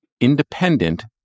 independent